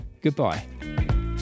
goodbye